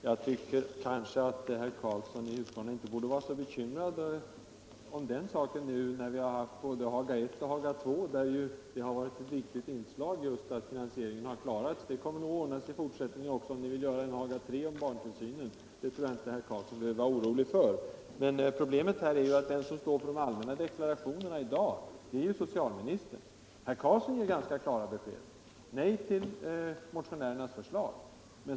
Herr talman! Jag tycker inte att herr Karlsson i Huskvarna borde vara så bekymrad för finansieringen. I både Haga I och Haga II har ett viktigt inslag varit just att finansieringen har klarats. Det kommer nog att ordna sig i fortsättningen också, om ni vill ha ett Haga III om barntillsynen. Det tror jag alltså inte att herr Karlsson behöver vara orolig för. Men problemet här är ju att den som står för de allmänna deklarationerna i dag är socialministern. Herr Karlsson ger ganska klara besked: nej till motionärernas förslag.